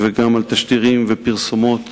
וגם על תשדירים ופרסומות